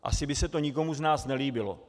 Asi by se to nikomu z nás nelíbilo.